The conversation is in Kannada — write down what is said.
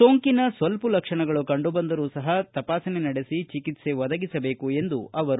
ಸೋಂಕಿನ ಸ್ವಲ್ಪ ಲಕ್ಷಣಗಳು ಕಂಡುಬಂದರೂ ಸಹ ತಪಾಸಣೆ ನಡೆಸಿ ಚಿಕಿತ್ಸೆ ಒದಗಿಸಬೇಕು ಎಂದರು